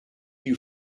you